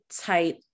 tight